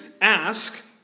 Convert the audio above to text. ask